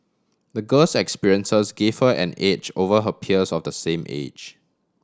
the girl's experiences gave her an edge over her peers of the same age